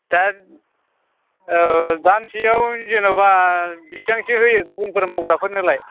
दा गांसेयाव जेन'बा बिसिबांसो होयो गुबुनफोर मावग्राफोरनो लाय